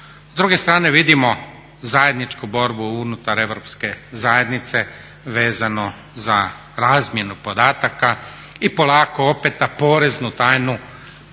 S druge strane vidimo zajedničku borbu unutar Europske zajednice vezano za razmjenu podataka i polako …/Govornik se ne